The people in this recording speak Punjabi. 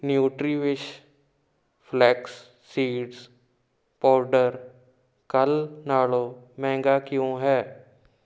ਨਿਊਟਰੀਵਿਸ਼ ਫਲੈਕਸ ਸੀਡਸ ਪਾਊਡਰ ਕੱਲ੍ਹ ਨਾਲੋਂ ਮਹਿੰਗਾ ਕਿਉਂ ਹੈ